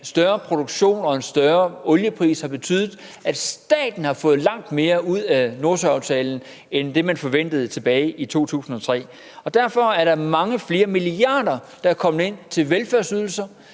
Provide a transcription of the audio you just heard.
større produktion og en højere oliepris har betydet, at staten har fået langt mere ud af Nordsøaftalen end det, man forventede tilbage i 2003, og derfor er der kommet mange flere milliarder ind til velfærdsydelser,